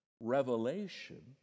revelation